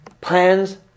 Plans